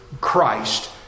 Christ